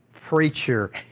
preacher